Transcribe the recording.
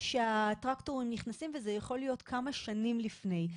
שהטרקטורים נכנסים וזה יכול להיות כמה שנים לפני.